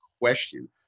question